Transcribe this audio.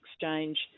exchange